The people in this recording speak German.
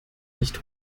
nicht